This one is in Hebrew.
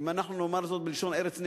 אם אנחנו נאמר זאת בלשון "ארץ נהדרת":